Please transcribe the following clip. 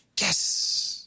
Yes